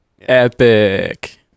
epic